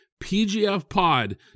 PGFPOD